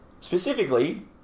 specifically